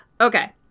okay